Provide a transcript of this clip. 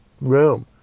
room